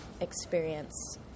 experience